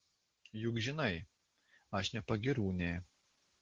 juk žinai aš ne pagyrūnė